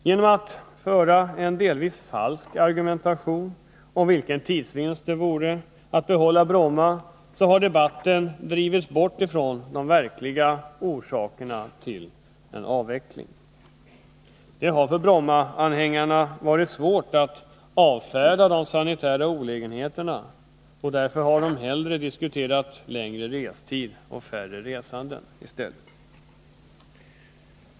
Genom att föra en delvis falsk argumentation om vilken tidsvinst det vore att behålla Bromma har debatten drivits bort från de verkliga orsakerna till en avveckling. Det har för Brommaanhängarna varit svårt att avfärda de sanitära olägenheterna, och därför har de hellre Nr 53 diskuterat förlängningar av restider och minskningar av antalet resande.